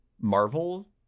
marvel